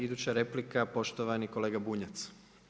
Iduća replika, poštovani kolega Bunjac.